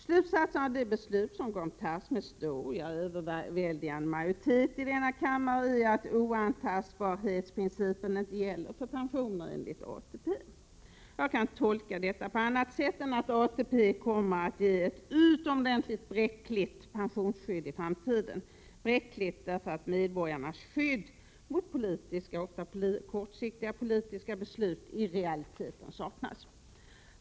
Slutsatsen av det beslut som kommer att tas med stor — ja, överväldigande — majoritet i denna kammare är att oantastbarhetsprincipen inte gäller för pensioner enligt ATP. Jag kan inte tolka detta på ett annat sätt än att ATP kommer att ge ett utomordentligt bräckligt pensionsskydd i framtiden, bräckligt därför att medborgarnas skydd mot politiska — ofta kortsiktiga — beslut i realiteten saknas.